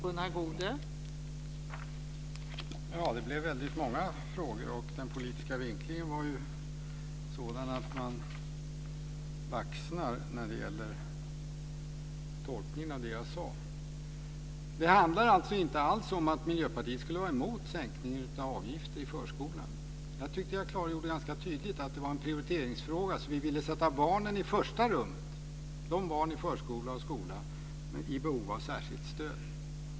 Fru talman! Det blev väldigt många frågor. Och den politiska vinklingen var ju sådan att man baxnar, när det gäller tolkningen av vad jag sade. Det handlar inte alls om att Miljöpartiet skulle vara emot sänkningen av avgifter i förskolan. Jag tyckte att jag klargjorde ganska tydligt att det var en prioriteringsfråga. Vi vill i första rummet sätta de barn i förskola och skola som har behov av särskilt stöd.